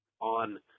on